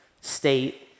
state